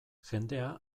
jendea